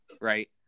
right